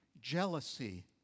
jealousy